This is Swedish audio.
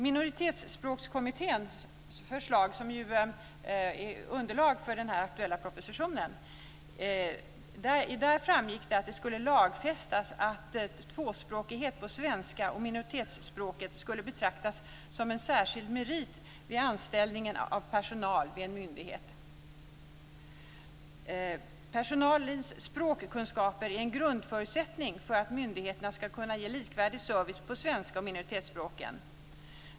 Minoritetsspråkskommittén föreslog - kommitténs förslag är ju underlag för den aktuella propositionen - att det skulle lagfästas att tvåspråkighet när det gäller svenska och minoritetsspråk skulle betraktas som en särskild merit vid anställning av personal vid en myndighet. Att personalen har språkkunskaper är en grundförutsättning för att myndigheterna ska kunna ge likvärdig service på svenska och minoritetsspråken.